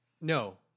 no